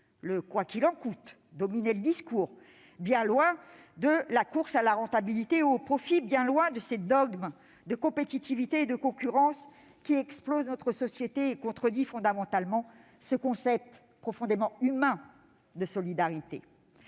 Le « quoi qu'il en coûte » dominait le discours, bien loin de la course à la rentabilité et au profit, bien loin de ces dogmes de compétitivité et de concurrence qui font exploser notre société et contredisent fondamentalement ce concept profondément humain de solidarité.